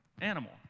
animal